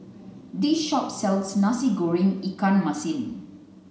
this shop sells nasi goreng ikan masin